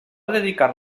dedicar